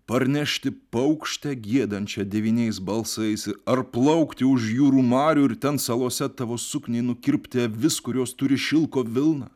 parnešti paukštę giedančią devyniais balsais ar plaukti už jūrų marių ir ten salose tavo sukniai nukirpti avis kurios turi šilko vilną